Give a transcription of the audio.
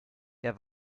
der